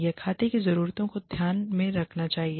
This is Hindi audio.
यह खाते की ज़रूरतों को ध्यान में रखना चाहिए